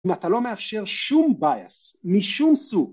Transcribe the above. ‫ואתה לא מאפשר שום Bias, ‫משום סוג.